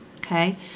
okay